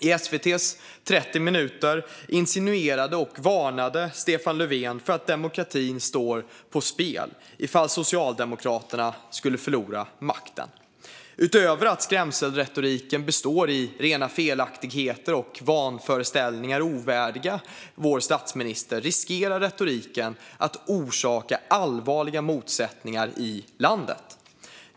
I SVT:s 30 minuter insinuerade och varnade Stefan Löfven för att demokratin står på spel ifall Socialdemokraterna skulle förlora makten. Utöver att skrämselretoriken består i rena felaktigheter och vanföreställningar ovärdiga vår statsminister riskerar retoriken att orsaka allvarliga motsättningar i landet.